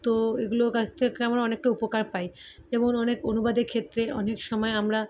তো এগুলো কাছ থেকে আমরা অনেকটা উপকার পাই যেমন অনেক অনুবাদের ক্ষেত্রে অনেক সময় আমরা